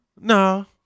no